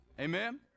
Amen